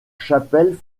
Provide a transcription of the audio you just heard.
chapelle